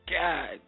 God